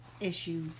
issue